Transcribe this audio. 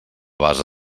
base